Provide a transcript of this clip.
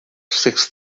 six